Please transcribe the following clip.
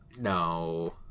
No